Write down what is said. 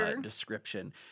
description